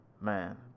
Man